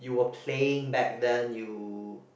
you were playing back then you